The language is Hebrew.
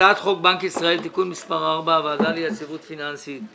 הצעת חוק בנק ישראל (תיקון מס' 4) (הוועדה ליציבות פיננסית),